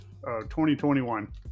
2021